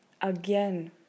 again